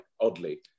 oddly